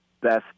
best